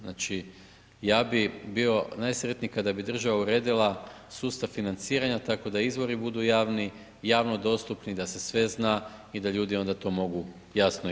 Znači ja bih bio najsretniji kada bi država uredila sustav financiranja tako da izvori budu javni, javno dostupni da se sve zna i da ljudi onda to mogu jasno i vidjeti.